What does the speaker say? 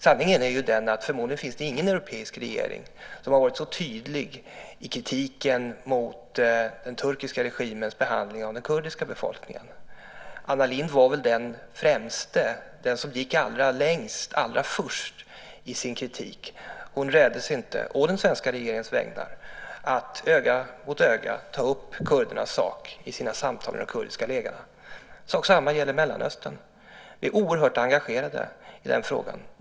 Sanningen är den att det förmodligen inte finns någon europeisk regering som har varit så tydlig i kritiken mot den turkiska regimens behandling av den kurdiska befolkningen. Anna Lindh var den som gick allra längst allra först i sin kritik. Hon räddes inte å den svenska regeringens vägnar att öga mot öga ta upp kurdernas sak i sina samtal med sin turkiska kollega. Sak samma gäller Mellanöstern. Vi är oerhört engagerade i den frågan.